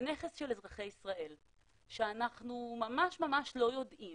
זה נכס של אזרחי ישראל שאנחנו ממש ממש לא יודעים